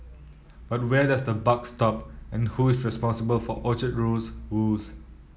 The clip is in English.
but where does the buck stop and who is responsible for Orchard Road's woes